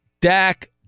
Dak